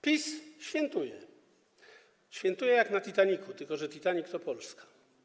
PiS świętuje, świętuje jak na Titanicu, tylko że Titanic to Polska.